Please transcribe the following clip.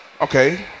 okay